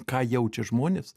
ką jaučia žmonės